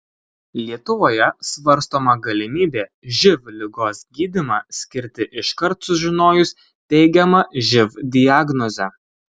lietuvoje svarstoma galimybė živ ligos gydymą skirti iškart sužinojus teigiamą živ diagnozę